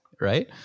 right